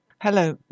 Hello